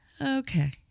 okay